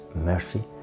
mercy